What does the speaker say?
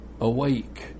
awake